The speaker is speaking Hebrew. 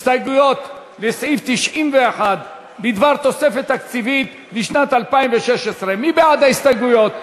הסתייגויות לסעיף 91 בדבר תוספת תקציבית לשנת 2016. מי בעד ההסתייגויות?